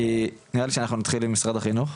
נראה לי שאנחנו נתחיל עם משרד החינוך,